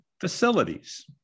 facilities